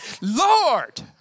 Lord